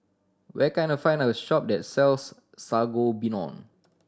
where can I find a shop that sells Sangobion